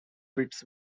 pits